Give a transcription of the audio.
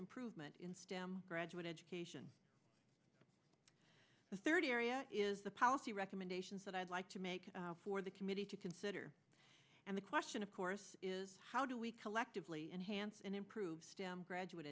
improvement in stem graduate education the third area is the policy recommendations that i like to make for the committee to consider and the question of course is how do we collectively and hansen improve stem graduate